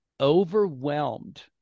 overwhelmed